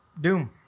Doom